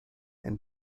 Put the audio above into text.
and